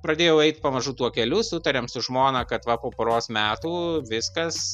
pradėjau eit pamažu tuo keliu sutarėm su žmona kad va po poros metų viskas